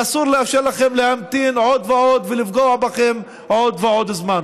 ואסור לאפשר לכם להמתין עוד ועוד ולפגוע בכם עוד ועוד זמן.